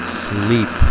sleep